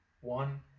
one